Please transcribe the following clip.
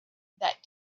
that